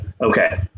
okay